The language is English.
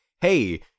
hey